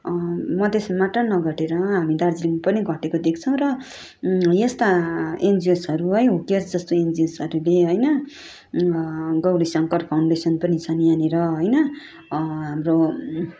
मधेसमा मात्र नघटेर हामी दार्जिलिङ पनि घटेको देख्छौँ र यस्ता एनजिओसहरू है हु केर्सहरू जस्तो एनजिओसहरूले होइन गौरि शङ्कर फाउन्डेसन पनि छन् यहाँनिर होइन हाम्रो